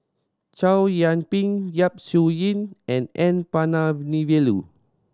Chow Yian Ping Yap Su Yin and N Palanivelu